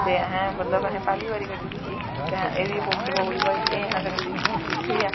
ते असें मतलव पैह्ली बारी गड्डी दिक्खी ते असैं एह्दी बी पोस्ट पाई ओड़ी भाई असैं एह् गड्डी गिक्खी ओड़ी ठीक ऐ